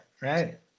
right